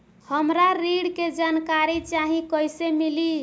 हमरा ऋण के जानकारी चाही कइसे मिली?